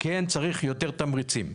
כן, צריך יותר תמריצים.